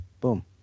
Boom